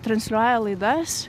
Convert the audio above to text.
transliuoja laidas